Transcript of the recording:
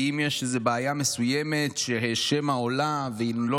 כי אם יש איזו בעיה מסוימת ששמא עולה והיא לא